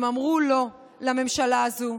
הם אמרו לא לממשלה הזו,